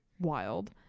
wild